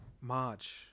March